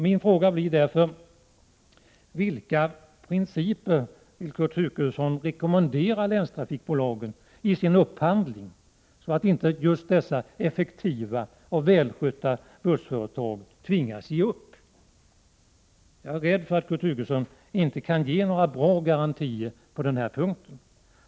Min fråga blir därför: Vilka principer vill Kurt Hugosson rekommendera länstrafikbolagen att följa i sin upphandling, så att inte just dessa effektiva och välskötta bussföretag tvingas ge upp? Jag är rädd för att Kurt Hugosson inte kan ge några bra garantier på denna punkt.